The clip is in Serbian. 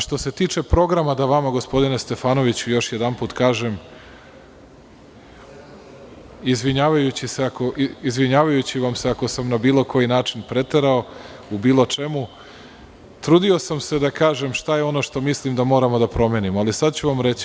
Što se tiče programa, da vama, gospodine Stefanoviću, još jedanput kažem, izvinjavajući vam se ako sam na bilo koji način preterao u bilo čemu, trudio sam se da kažem šta je ono što mislim da moramo da promenimo, ali sada ću vam reći.